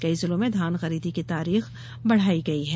कई जिलों में धान खरीदी की तारीख बढायी गयी है